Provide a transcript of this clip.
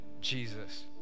Jesus